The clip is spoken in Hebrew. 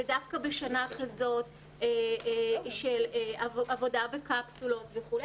ודווקא בשנה כזאת של עבודה בקפסולות וכולי,